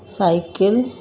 cycle